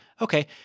okay